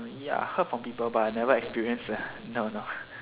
ya I heard from people but I never experience eh no no